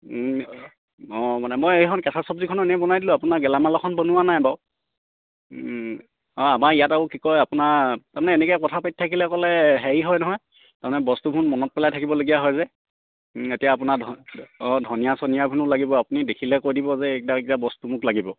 অঁ মানে মই এইখন কেঁচা চব্জিখনৰ এনেই বনাই দিলোঁ আপোনাৰ গেলামালৰ বনোৱা নাই বাৰু অঁ আমাৰ ইয়াত আকৌ কি কয় আপোনাৰ তাৰ মানে এনেকৈ কথা পাতি থাকিলে বোলে হেৰি হয় নহয় তাৰ মানে বস্তুবোৰ মনত পেলাই থাকিবলগীয়া হয় যে এতিয়া আপোনাৰ অঁ ধনিয়া চনিয়াবোৰো লাগিব আপুনি দেখিলে কৈ দিব যে এইকেইটা এইকেইটা বস্তু মোক লাগিব